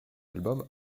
album